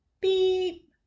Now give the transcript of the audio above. beep